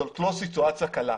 זאת לא סיטואציה קלה.